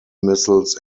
missiles